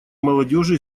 молодежи